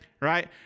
right